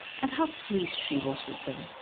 and how pleased she was with them!